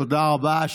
תודה רבה.